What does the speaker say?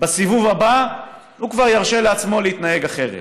בסיבוב הבא הוא כבר ירשה לעצמו להתנהג אחרת.